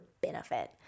benefit